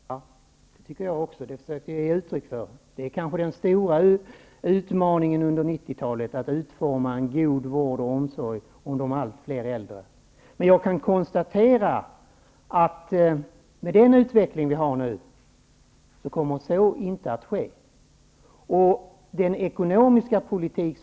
Fru talman! Det tycker jag också, och den inställningen har jag försökt att ge uttryck för. Den stora utmaningen under 90-talet är kanske utformandet av en god vård och omsorg när det gäller de äldre, som ju blir allt fler. Med den utveckling vi nu har kommer vi dock inte att lyckas i det här avseendet.